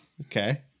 Okay